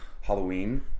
Halloween